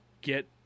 get